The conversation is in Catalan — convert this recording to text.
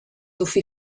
dofí